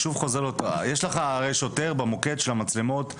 הרי יש לך שוטר במוקד של המצלמות.